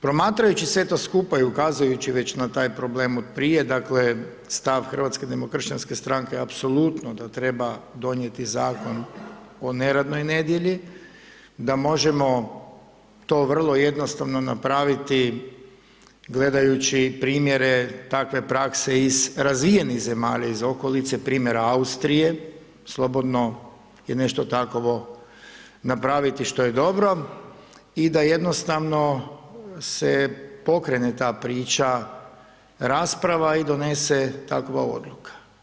Promatrajući sve to skupa i ukazujući već na taj problem otprije, dakle, stav HDS-a apsolutno da treba donijeti Zakon o neradnoj nedjelji da možemo to vrlo jednostavno napraviti gledajući primjere takve prakse iz razvijenih zemalja, iz okolice primjera Austrije, slobodno je nešto takovo napraviti što je dobro i da jednostavno se pokrene ta priča rasprava i donese takva odluka.